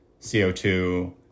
CO2